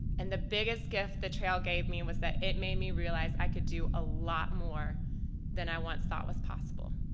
and the biggest gift the trail gave me was that it made me realize i could do a lot more than i once thought was possible.